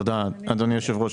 תודה, אדוני היושב-ראש.